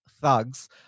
thugs